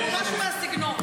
חבר הכנסת רון כץ,